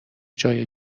جای